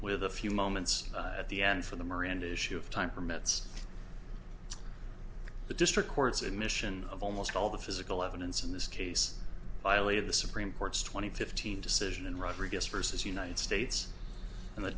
with a few moments at the end for the miranda issue of time permits the district court's admission of almost all the physical evidence in this case violated the supreme court's twenty fifteen decision and rodriguez versus united states and the